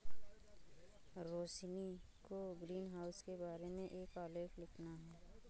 रोशिनी को ग्रीनहाउस के बारे में एक आलेख लिखना है